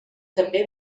també